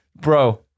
Bro